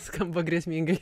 skamba grėsmingai